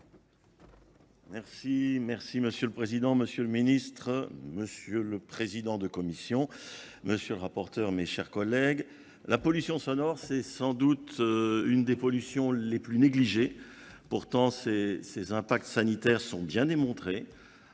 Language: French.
Merci, merci Monsieur le Président, Monsieur le Ministre, Monsieur le Président de Commission, Monsieur le rapporteur, mes chers collègues. La pollution sonore, c'est sans doute une des pollutions les plus négligées. Pourtant, ces impacts sanitaires sont bien démontrés.